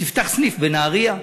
תפתח סניף בנהרייה.